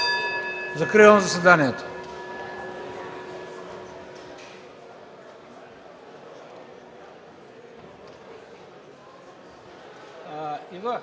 Закривам заседанието.